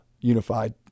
unified